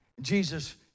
Jesus